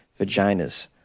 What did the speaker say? vaginas